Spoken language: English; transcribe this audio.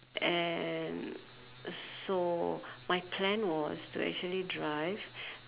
and so my plan was to actually drive